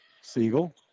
Siegel